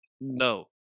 No